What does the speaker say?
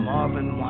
Marvin